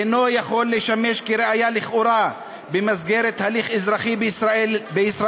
אינו יכול לשמש כראיה לכאורה במסגרת הליך אזרחי בישראל.